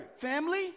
family